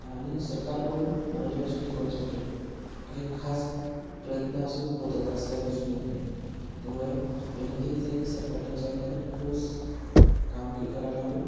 आणि सरकारकडून मराठी भाषा टिकवण्यासाठी काही खास प्रयत्न असे होतात असं काही दिसून येत नाही त्यामुळे विनंती हीच आहे की सरकारने ह्याच्यावर काय तर ठोस काम के करायला हवं